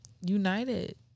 United